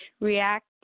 react